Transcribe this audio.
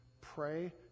Pray